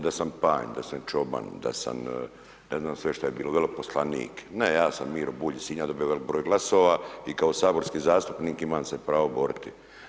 Da sam panj, da sam čoban, da sam, ne znam sve što je bilo, veleposlanik, ne ja sam Miro Bulj iz Sinja dobio veliki broj glasova i kao saborski zastupnik imam se pravo boriti.